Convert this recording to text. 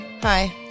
Hi